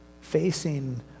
facing